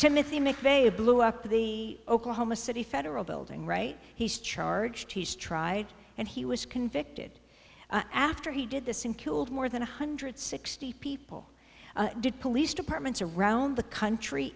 timothy mcveigh blew up the oklahoma city federal building right he's charged he's tried and he was convicted after he did this and killed more than one hundred sixty people did police departments around the country